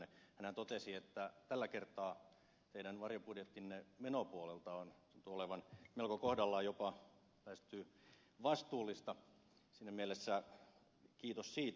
hänhän totesi että tällä kertaa teidän varjobudjettinne menopuolelta tuntui olevan melko kohdallaan jopa lähestyy vastuullista siinä mielessä kiitos siitä